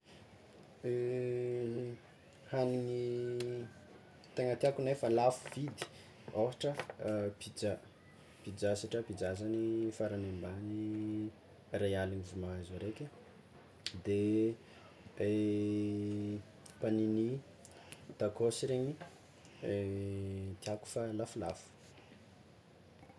Hagnigny tegna tiàko nefa lafo vidy ôhatra pizza, pizza satria pizza zany farany ambany ray aligny izy mahazo raiky de panini, tacos regny tiàko fa lafolafo.